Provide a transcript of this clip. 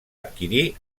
adquirir